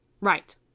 Right